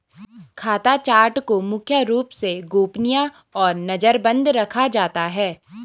खाता चार्ट को मुख्य रूप से गोपनीय और नजरबन्द रखा जाता है